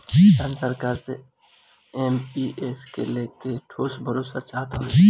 किसान सरकार से एम.पी.एस के लेके ठोस भरोसा चाहत हवे